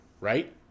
right